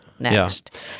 next